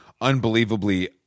unbelievably